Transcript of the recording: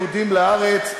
יהודים לארץ.